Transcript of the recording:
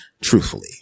truthfully